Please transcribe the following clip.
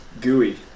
Gooey